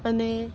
અને